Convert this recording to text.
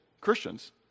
Christians